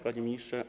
Panie Ministrze!